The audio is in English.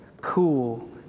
cool